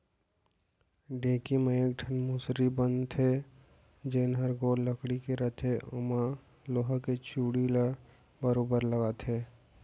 ढेंकी म एक ठन मुसरी बन थे जेन हर गोल लकड़ी के रथे ओमा लोहा के चूड़ी ल बरोबर लगाथे